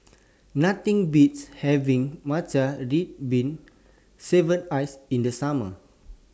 Nothing Beats having Matcha Red Bean Shaved Ice in The Summer